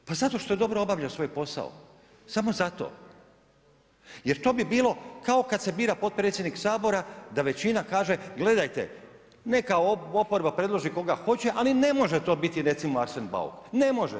Pa zato što je dobro obavljao svoj posao, samo zato jer to bi bilo kao kada se bira potpredsjednik Sabora da većina kaže, gledajte neka oporba predloži koga hoće, ali ne može to biti recimo Arsen Bauk, ne može.